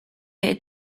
est